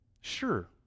Sure